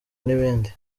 n’ibindi